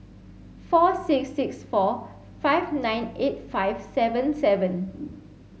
four six six four five nine eight five seven seven